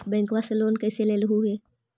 बैंकवा से लेन कैसे लेलहू हे?